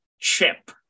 Chip